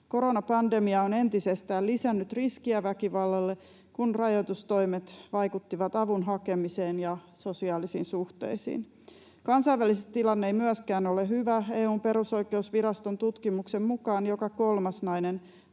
Koronapandemia on entisestään lisännyt riskiä väkivallalle, kun rajoitustoimet vaikuttivat avun hakemiseen ja sosiaalisiin suhteisiin. Myöskään kansainvälisesti tilanne ei ole hyvä. EU:n perusoikeusviraston tutkimuksen mukaan joka kolmas nainen